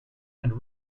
and